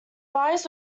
buyers